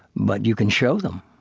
but you can show them.